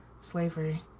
slavery